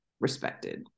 respected